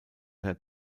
der